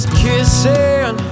kissing